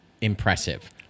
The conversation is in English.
impressive